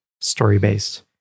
story-based